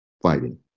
fighting